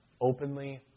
openly